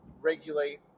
regulate